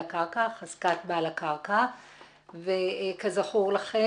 על הסוגיה ושתתנו לנו נתונים.